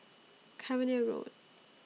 Cavenagh Road